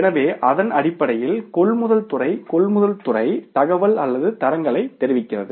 எனவே அதன் அடிப்படையில் கொள்முதல் துறை கொள்முதல் துறை தகவல் அல்லது தரங்களைத் தெரிவிக்கிறது